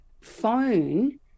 phone